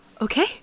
Okay